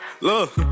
Look